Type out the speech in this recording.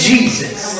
Jesus